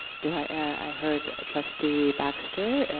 do i, i heard trustee baxter, and